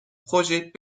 projets